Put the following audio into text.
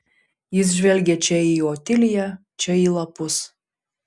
jis žvelgė čia į otiliją čia į lapus